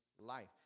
life